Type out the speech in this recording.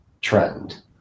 trend